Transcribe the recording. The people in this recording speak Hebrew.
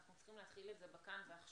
אנחנו צריכים להתחיל את זה בכאן ועכשיו,